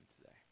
today